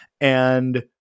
And-